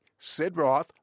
Sidroth